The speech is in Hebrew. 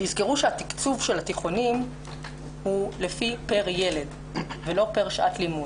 תזכרו שהתקצוב של התיכונים הוא פר ילד ולא פר שעת לימוד.